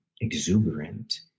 exuberant